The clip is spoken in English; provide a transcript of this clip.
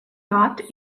yacht